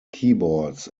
keyboards